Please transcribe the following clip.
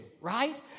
right